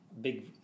big